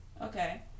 Okay